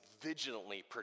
vigilantly